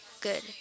good